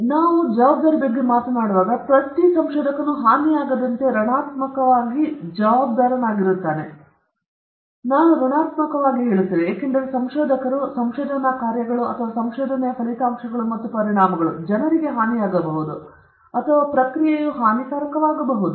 ಆದ್ದರಿಂದ ನಾವು ಜವಾಬ್ದಾರಿ ಬಗ್ಗೆ ಮಾತನಾಡುವಾಗ ಪ್ರತಿ ಸಂಶೋಧಕನೂ ಹಾನಿಯಾಗದಂತೆ ಋಣಾತ್ಮಕವಾಗಿ ಜವಾಬ್ದಾರನಾಗಿರುತ್ತಾನೆ ನಾನು ಅದರೊಂದಿಗೆ ಪ್ರಾರಂಭವಾಗುತ್ತೇನೆ ನಾನು ಋಣಾತ್ಮಕವಾಗಿ ಹೇಳುತ್ತೇನೆ ಏಕೆಂದರೆ ಸಂಶೋಧಕರು ಸಂಶೋಧನಾ ಕಾರ್ಯಗಳು ಅಥವಾ ಸಂಶೋಧನೆಯ ಫಲಿತಾಂಶಗಳು ಮತ್ತು ಪರಿಣಾಮಗಳು ಜನರಿಗೆ ಹಾನಿಯಾಗಬಹುದು ಅಥವಾ ಪ್ರಕ್ರಿಯೆಯು ಹಾನಿಕಾರಕವಾಗಬಹುದು